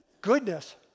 goodness